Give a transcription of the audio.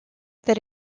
that